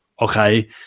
okay